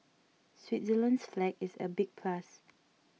Switzerland's flag is a big plus